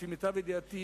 לפי מיטב ידיעתי,